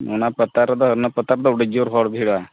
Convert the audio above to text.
ᱚᱱᱟ ᱯᱟᱛᱟ ᱨᱮᱫᱚ ᱚᱱᱟ ᱯᱟᱛᱟ ᱨᱫᱚ ᱟᱹᱰᱤ ᱡᱳᱨ ᱦᱚᱲ ᱵᱷᱤᱲᱟ